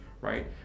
right